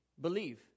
believe